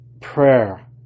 prayer